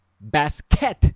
basket